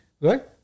Right